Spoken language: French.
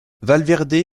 valverde